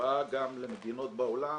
שבהשוואה גם למדינות בעולם